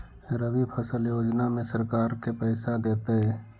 रबि फसल योजना में सरकार के पैसा देतै?